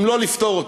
אם לא לפתור אותו.